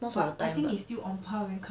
most of the times lah